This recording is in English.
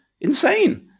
Insane